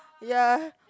ya